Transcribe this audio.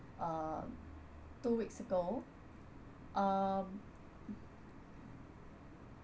uh two weeks ago um